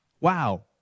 Wow